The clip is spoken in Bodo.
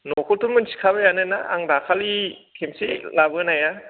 न'खौथ' मिथिखाबायानोना आं दाखालि खेबसे लाबोनाया